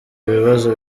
ibibazo